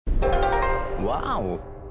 Wow